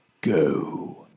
go